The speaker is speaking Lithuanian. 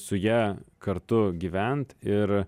su ja kartu gyvent ir